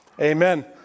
Amen